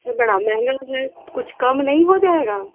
जी बड़ा महंगा है कुछ कम नहीं हो जाएगा